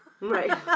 Right